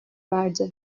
verdi